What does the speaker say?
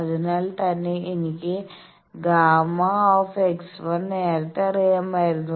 അതിനാൽ തന്നെ എനിക്ക് Γ നേരത്തെ അറിയാമായിരുന്നു